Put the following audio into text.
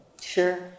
Sure